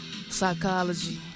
psychology